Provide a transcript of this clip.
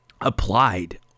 applied